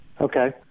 Okay